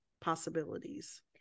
possibilities